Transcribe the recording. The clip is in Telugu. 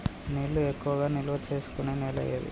నీళ్లు ఎక్కువగా నిల్వ చేసుకునే నేల ఏది?